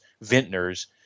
vintners